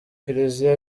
kiliziya